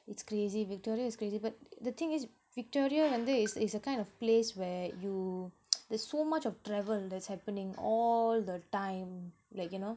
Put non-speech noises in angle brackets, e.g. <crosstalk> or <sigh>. it's crazy victoria is crazy but the thing is victoria வந்து:vanthu is is a kind of place where you <noise> there's so much of travel that's happening all the time like you know